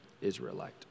Israelite